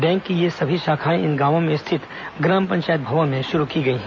bank की ये सभी शाखाएं इन गांवों में स्थित ग्राम पंचायत भवन में शुरू की गई हैं